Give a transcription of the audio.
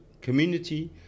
community